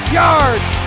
yards